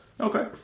Okay